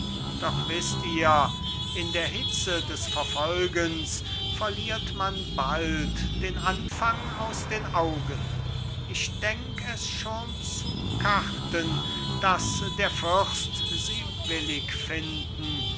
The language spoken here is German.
doch wißt ihr in der hitze des verfolgens verliert man bald den anfang aus den augen ich denk es schon zu karten daß der fürst sie willig finden